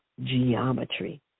Geometry